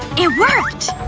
it worked!